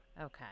Okay